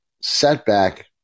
setback